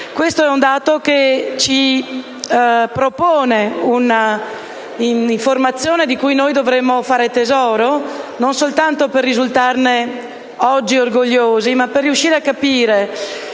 Questo dato ci propone un'informazione di cui dovremmo fare tesoro non soltanto per risultarne oggi orgogliosi, ma per capire, come